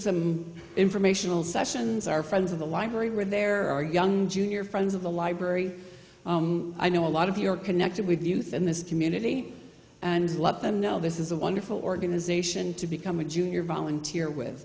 some informational sessions are friends of the library where there are young junior friends of the library i know a lot of your connected with youth in this community and let them know this is a wonderful organization to become a junior volunteer with